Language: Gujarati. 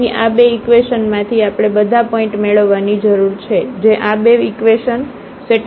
તેથી આ બે ઇકવેશન માંથી આપણે બધા પોઇન્ટ મેળવવાની જરૂર છે જે આ બે ઇકવેશન સેટિસ્ફાઇડ છે